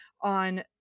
on